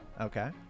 okay